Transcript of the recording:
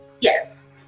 Yes